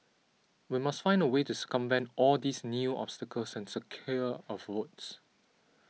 we must find a way to circumvent all these new obstacles and secure our votes